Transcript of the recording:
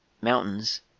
mountains